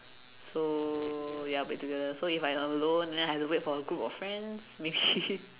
so ya we together so if I'm alone and then I have to wait for a group of friends maybe